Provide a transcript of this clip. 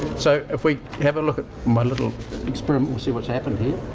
so if we have a look at my little experiment, we'll see what's happened here.